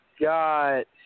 got